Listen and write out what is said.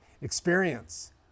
experience